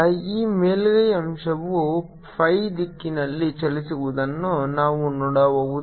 rsinθω ಆದ್ದರಿಂದ ಈ ಮೇಲ್ಮೈ ಅಂಶವು phi ದಿಕ್ಕಿನಲ್ಲಿ ಚಲಿಸುವುದನ್ನು ನಾವು ನೋಡಬಹುದು